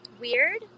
weird